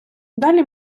далі